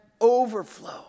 overflow